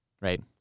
right